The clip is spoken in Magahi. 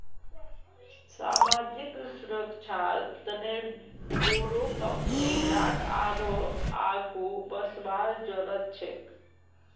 सामाजिक सुरक्षार तने बोरो कंपनी लाक आरोह आघु वसवार जरूरत छेक